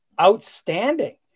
outstanding